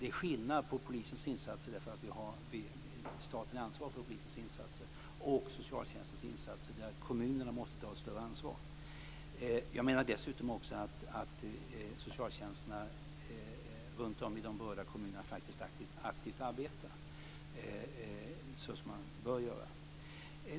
Det är skillnad på polisens insatser, därför att staten är ansvarig för polisens insatser, och socialtjänstens insatser, där kommunerna måste ta ett större ansvar. Jag menar dessutom också att socialtjänsterna runtom i de borgerliga kommunerna faktiskt aktivt arbetar så som man bör göra.